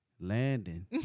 Landon